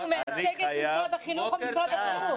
הוא מייצג את משרד החינוך או את משרד הבריאות.